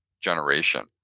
generation